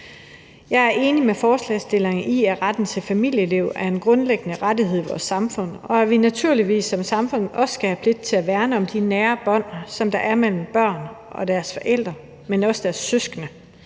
Jeg er enig med forslagsstillerne i, at retten til familieliv er en grundlæggende rettighed i vores samfund, og at vi naturligvis som samfund har pligt til at værne om de nære bånd, der er mellem børn og deres forældre, men også mellem børn